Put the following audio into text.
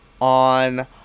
on